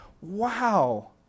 wow